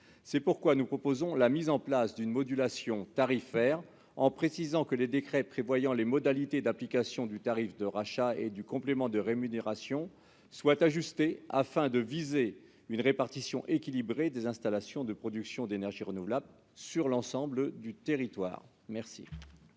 C'est pourquoi nous proposons la mise en place d'une modulation tarifaire, en précisant que les décrets fixant les modalités d'application du tarif de rachat et du complément de rémunération seront ajustés afin de viser une répartition équilibrée des installations de production d'énergies renouvelables sur l'ensemble du territoire. Quel